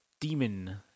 Demon